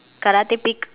karate pig